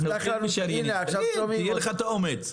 אנחנו --- תגיד, שיהיה לך את האומץ.